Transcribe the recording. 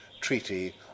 treaty